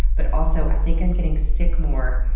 but also i think i'm getting sick more,